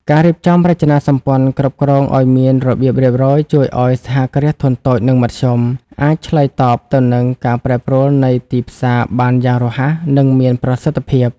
ការរៀបចំរចនាសម្ព័ន្ធគ្រប់គ្រងឱ្យមានរបៀបរៀបរយ ជួយឱ្យ សហគ្រាសធុនតូច និងមធ្យម អាចឆ្លើយតបទៅនឹងការប្រែប្រួលនៃទីផ្សារបានយ៉ាងរហ័ស និងមានប្រសិទ្ធភាព។